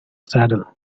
saddle